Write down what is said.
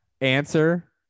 answer